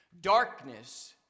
Darkness